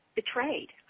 betrayed